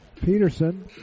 Peterson